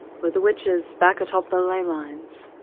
with the witches back atop the ley lines,